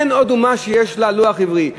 אין עוד אומה שיש לה לוח עברי,